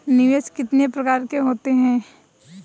निवेश कितने प्रकार के होते हैं?